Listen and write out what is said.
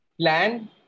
Plan